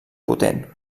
potent